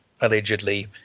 allegedly